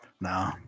No